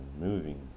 moving